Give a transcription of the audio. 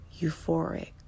euphoric